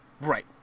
Right